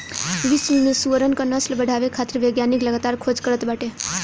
विश्व में सुअरन क नस्ल बढ़ावे खातिर वैज्ञानिक लगातार खोज करत बाटे